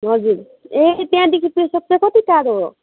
हजुर ए त्यहाँदेखि पेसोक चाहिँ कति टाडो हो